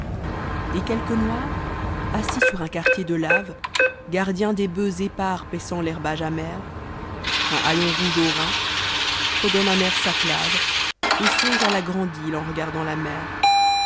et quelque noir assis sur un quartier de tave gardien des boeufs épars paissant t'herbage amer un haillon rouge aux reins fredonne un air saklave et songe à la grande he en regardant la mer